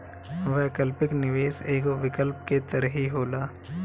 वैकल्पिक निवेश एगो विकल्प के तरही होला